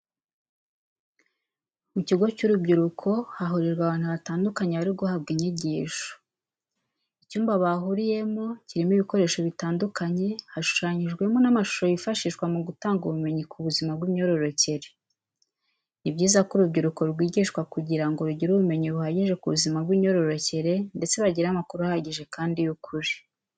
Mu kigo cy'urubyiruko hahurijwe abantu batandukanye bari guhabwa inyigisho, icyumba bahuriyemo kirimo ibikoresho bitandukanye, hushushanyijemo n'amashusho yifashihwa mu gutanga ubumenyi ku buzima bw'imyororokere. Ni byiza ko urubyiruko rwigishwa kugira ngo rugire ubumenyi buhagije ku buzima bw'imyororokere ndetse bagire amakuru ahagije kandi y'ukuri.